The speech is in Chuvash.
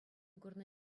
курнӑ